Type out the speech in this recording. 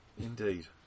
Indeed